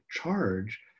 charge